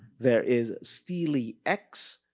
there is steely x,